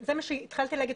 זה מה שהתחלתי להגיד,